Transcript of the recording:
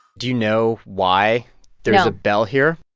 do you know why there is a bell here?